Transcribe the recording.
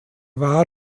war